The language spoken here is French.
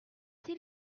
six